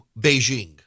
Beijing